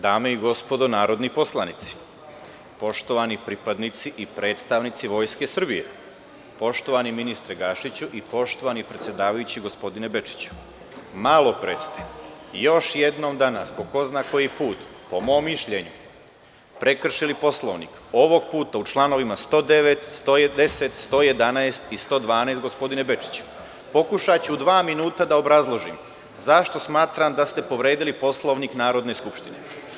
Dame i gospodo narodni poslanici, poštovani pripadnici i predstavnici Vojske Srbije, poštovani ministre Gašiću i poštovani predsedavajući gospodine Bečiću, malopre ste i još jednom danas po ko zna koji put, po mom mišljenju prekršili Poslovnik, a ovog puta u članovima 109, 110, 111. i 112, gospodine Bečiću i pokušaću u dva minuta da obrazložim zašto smatram da ste povredili Poslovnik Narodne skupštine?